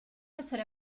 essere